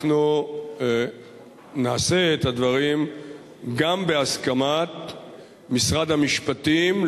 אנחנו נעשה את הדברים גם בהסכמת משרד המשפטים,